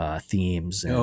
Themes